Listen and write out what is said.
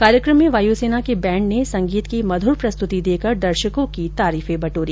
कार्यक्रम में वायुसेना के बैण्ड ने संगीत की मधुर प्रस्तुति देकर दर्शकों की तारीफें बटोरी